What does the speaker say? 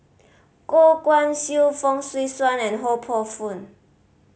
Goh Guan Siew Fong Swee Suan and Ho Poh Fun